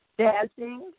Dancing